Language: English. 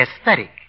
aesthetic